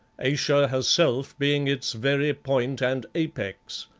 ayesha herself being its very point and apex,